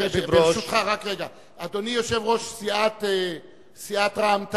אדוני יושב-ראש סיעת רע"ם,